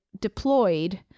deployed